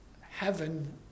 heaven